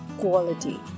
quality